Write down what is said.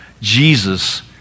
Jesus